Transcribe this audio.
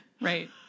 right